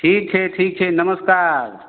ठीक छै ठीक छै नमस्कार